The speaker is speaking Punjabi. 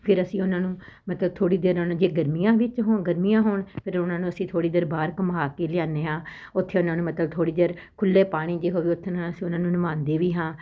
ਫਿਰ ਅਸੀਂ ਉਹਨਾਂ ਨੂੰ ਮਤਲਬ ਥੋੜ੍ਹੀ ਦੇਰ ਨੂੰ ਜੇ ਗਰਮੀਆਂ ਵਿੱਚ ਹੋਣ ਗਰਮੀਆਂ ਹੋਣ ਫਿਰ ਉਹਨਾਂ ਨੂੰ ਅਸੀਂ ਥੋੜ੍ਹੀ ਦੇਰ ਬਾਹਰ ਘੁਮਾ ਕੇ ਲਿਆਂਦੇ ਹਾਂ ਉੱਥੇ ਉਹਨਾਂ ਨੂੰ ਮਤਲਬ ਥੋੜ੍ਹੀ ਦੇਰ ਖੁੱਲੇ ਪਾਣੀ ਜੇ ਹੋਵੇ ਉੱਥੇੇ ਉਹਨਾਂ ਨੂੰ ਅਸੀਂ ਉਹਨਾਂ ਨੂੰ ਨਵਾਉਂਦੇ ਵੀ ਹਾਂ